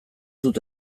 dut